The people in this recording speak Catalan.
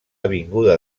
avinguda